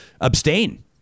abstain